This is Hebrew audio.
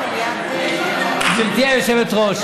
גברתי היושבת-ראש,